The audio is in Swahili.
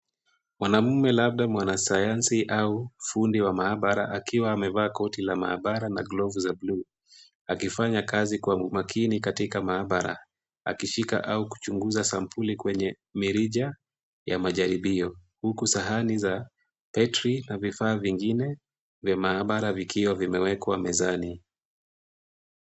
Mwanamume labda mwanasayansi au fundi wa maabara akiwa amevaa koti la maabara na glovu za bluu, akifanya kazi kwa makini katika maabara. Akishika au kuchunguza sampuli kwenye mirija ya majaribio, huku sahani za petri na vifaa vingine vya maabara vikiwa vimewekwa mezani.